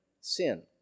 sin